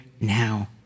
now